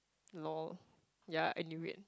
lol ya and you wait